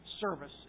service